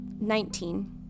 Nineteen